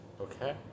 Okay